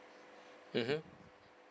mmhmm